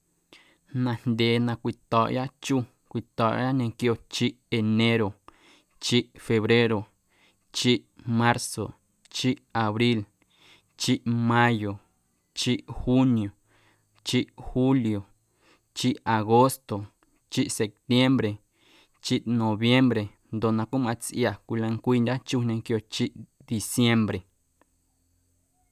Najndyee na cwito̱o̱ꞌya chu cwito̱o̱ꞌya ñequio chiꞌ enero, chiꞌ febreo, chiꞌ marzo, chiꞌ abril, chiꞌ mayo, chiꞌ junio, chiꞌ julio, chiꞌ agosto, chiꞌ septiembre, chiꞌ noviembre ndoꞌ na cweꞌ matsꞌia cwilancwiindyo̱ chu ñequio chiꞌ diciembre.